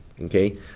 Okay